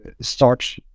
start